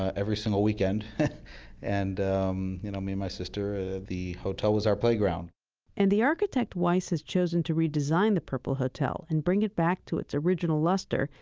every single weekend. and um you know, me and my sister, ah the hotel was our playground and the architect weiss has chosen to redesign the purple hotel and bring it back to its original luster,